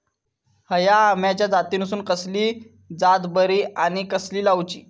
हया आम्याच्या जातीनिसून कसली जात बरी आनी कशी लाऊची?